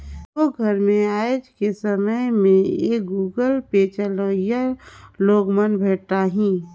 सबो घर मे आएज के समय में ये गुगल पे चलोइया लोग मन भेंटाहि